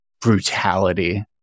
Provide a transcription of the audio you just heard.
brutality